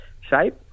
shape